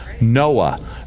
Noah